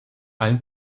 allen